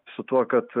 su tuo kad